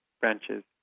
branches